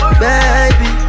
baby